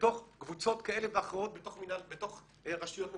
בתוך קבוצות כאלה ואחרות ברשויות מקומיות.